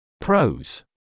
Pros